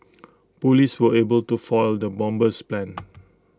Police were able to foil the bomber's plans